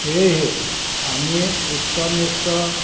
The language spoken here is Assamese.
সেয়েহে আমি উচ্চ নিচ্চ